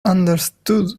understood